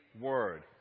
Word